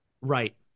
Right